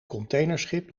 containerschip